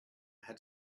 had